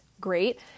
great